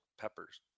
peppers